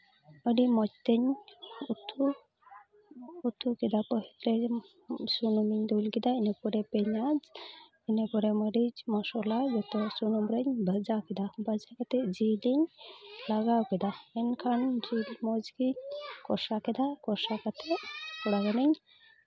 ᱟᱹᱰᱤ ᱢᱚᱡᱽ ᱛᱤᱧ ᱩᱛᱩ ᱩᱛᱩ ᱠᱮᱫᱟ ᱯᱷᱟᱥᱴ ᱴᱟᱭᱤᱢ ᱥᱩᱱᱩᱢᱤᱧ ᱫᱩᱞ ᱠᱮᱫᱟ ᱤᱱᱟᱹ ᱯᱚᱨᱮ ᱯᱮᱸᱭᱟᱡᱽ ᱤᱱᱟᱹ ᱯᱚᱨᱮ ᱢᱟᱹᱨᱤᱡ ᱢᱚᱥᱞᱟ ᱡᱚᱛᱚ ᱥᱩᱱᱩᱢ ᱨᱤᱧ ᱵᱷᱟᱡᱟ ᱠᱮᱫᱟ ᱵᱷᱟᱡᱟ ᱠᱟᱛᱮᱫ ᱡᱤᱞ ᱤᱧ ᱞᱟᱜᱟᱣ ᱠᱮᱫᱟ ᱮᱱᱠᱷᱟᱱ ᱡᱤᱞ ᱢᱚᱡᱽᱜᱮ ᱠᱚᱥᱟ ᱠᱮᱫᱟ ᱠᱚᱥᱟ ᱠᱟᱛᱮᱫ ᱛᱷᱚᱲᱟ ᱜᱟᱱᱤᱧ